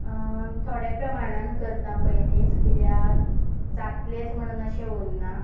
थोडे प्रमाणान करता पयलींच कित्याक जातलेंच म्हणून अशें उरना